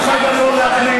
מחויב לתת לך תשובה.